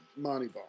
Moneyball